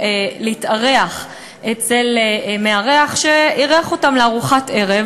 להתארח אצל מארח שאירח אותם לארוחת ערב,